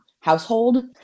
household